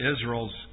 Israel's